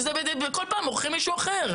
כל פעם הם מורחים מישהו אחר.